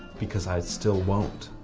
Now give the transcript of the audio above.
because i still won't.